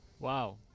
Wow